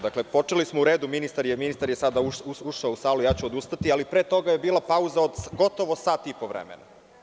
Dakle, počeli smo, u redu, ministar je sada ušao u salu, ja ću odustati, ali pre toga je bila pauza od gotovo sat i po vremena.